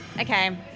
okay